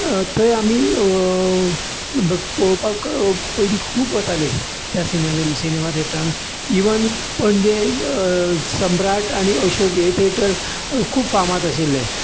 थंय आमी पळोवपाक पयलीं खूब वतालीं त्या सिनेमे सिनेमा थिएटरान ईवन पणजे सम्राट आनी अशोक हे थिएटर खूब फामाद आशील्लें